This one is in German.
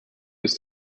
ist